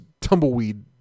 tumbleweed